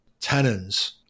tenons